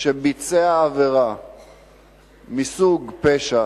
שביצע עבירה מסוג פשע